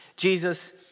Jesus